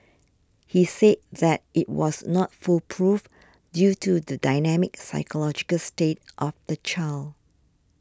he said that it was not foolproof due to the dynamic psychological state of the child